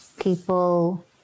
people